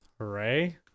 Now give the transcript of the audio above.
Hooray